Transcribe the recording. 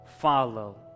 follow